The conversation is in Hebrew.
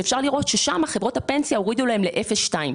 ואפשר לראות שם חברות הפנסיה הורידו להם ל-0.2.